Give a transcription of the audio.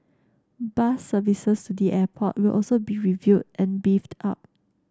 bus services to the airport will also be reviewed and beefed up